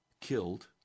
killed